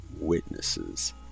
witnesses